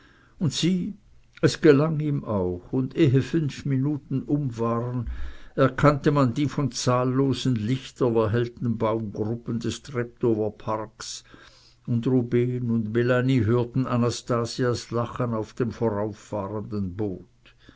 und sieh es gelang ihm auch und ehe fünf minuten um waren erkannte man die von zahllosen lichtern erhellten baumgruppen des treptower parks und rubehn und melanie hörten anastasias lachen auf dem vorauffahrenden boot